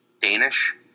Danish